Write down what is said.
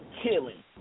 killing